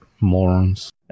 morons